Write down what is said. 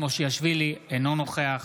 מושיאשוילי, אינו נוכח